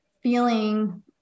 feeling